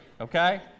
okay